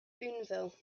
boonville